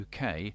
UK